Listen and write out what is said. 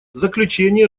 заключение